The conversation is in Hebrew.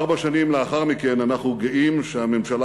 ארבע שנים לאחר מכן אנחנו גאים שהממשלה